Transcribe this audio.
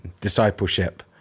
discipleship